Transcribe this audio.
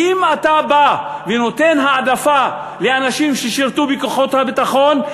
כי אם אתה בא ונותן העדפה לאנשים ששירתו בכוחות הביטחון,